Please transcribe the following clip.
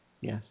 yes